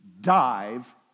dive